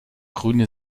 grüne